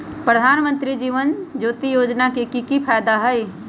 प्रधानमंत्री जीवन ज्योति योजना के की फायदा हई?